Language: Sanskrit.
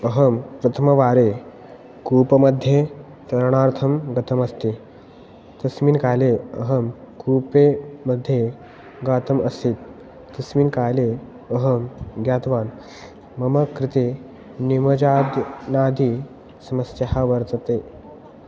अहं प्रथमवारे कूपमध्ये तरणार्थं गतमस्ति तस्मिन् काले अहं कूपे मध्ये गतम् आसीत् तस्मिन् काले अहं ज्ञातवान् मम कृते निमज्जनात् नादी समस्या वर्तते